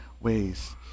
ways